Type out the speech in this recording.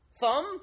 thumb